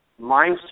mindset